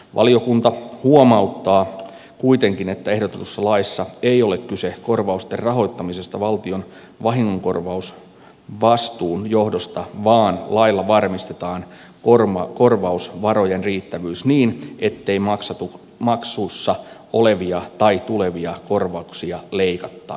valiokunta huomauttaa kuitenkin että ehdotetussa laissa ei ole kyse korvausten rahoittamisesta valtion vahingonkorvausvastuun johdosta vaan lailla varmistetaan korvausvarojen riittävyys niin ettei maksussa olevia tai tulevia korvauksia leikattaisi